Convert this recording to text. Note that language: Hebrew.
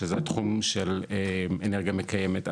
שזה תחום של אנרגיה מתקיימת.